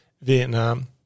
Vietnam